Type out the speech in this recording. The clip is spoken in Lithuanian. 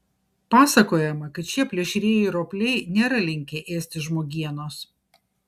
pasakojama kad šie plėšrieji ropliai nėra linkę ėsti žmogienos